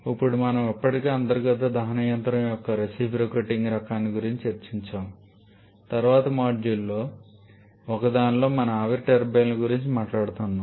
ఇప్పుడు మనము ఇప్పటికే అంతర్గత దహన యంత్రం యొక్క రిసిప్రొకేటింగ్ రకాన్ని గురించి చర్చించాము తరువాత మాడ్యూళ్ళలో ఒకదానిలో మనం ఆవిరి టర్బైన్ల గురించి మాట్లాడుతున్నాము